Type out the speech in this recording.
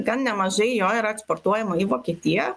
gan nemažai jo yra eksportuojama į vokietiją